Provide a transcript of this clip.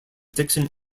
dixon